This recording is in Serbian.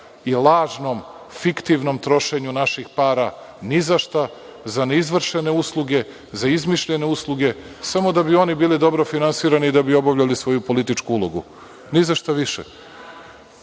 i lažnom, fiktivnom trošenju naših para nizašta, za ne izvršene usluge, samo da bi oni bili dobro finansirani i da bi obavljali svoju političku ulogu, nizašta više. Vi